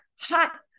hot